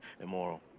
immoral